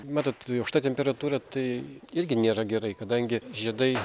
matot aukšta temperatūra tai irgi nėra gerai kadangi žiedai